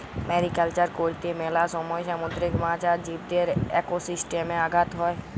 mariculture করত্যে মেলা সময় সামুদ্রিক মাছ আর জীবদের একোসিস্টেমে আঘাত হ্যয়